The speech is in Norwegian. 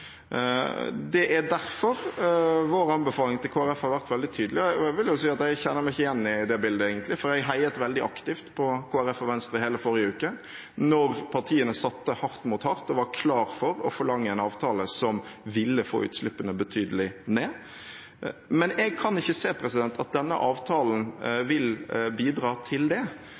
Det er derfor vår anbefaling til Kristelig Folkeparti har vært veldig tydelig, og jeg vil si at jeg kjenner meg egentlig ikke igjen i det bildet, for jeg heiet veldig aktivt på Kristelig Folkeparti og Venstre i hele forrige uke, da partiene satte hardt mot hardt og var klar for å forlange en avtale som ville få utslippene betydelig ned. Men jeg kan ikke se at denne avtalen vil bidra til det.